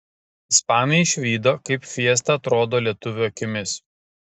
ispanai išvydo kaip fiesta atrodo lietuvių akimis